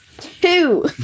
Two